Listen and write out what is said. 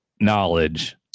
knowledge